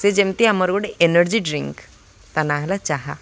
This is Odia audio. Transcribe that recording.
ସେ ଯେମିତି ଆମର ଗୋଟେ ଏନର୍ଜି ଡ୍ରିଙ୍କ ତା' ନାଁ ହେଲା ଚାହା